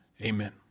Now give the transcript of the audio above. Amen